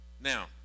Now